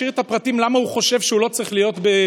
משאיר את הפרטים למה הוא חושב שהוא לא צריך להיות בבידוד?